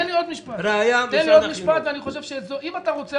אם אתה רוצה,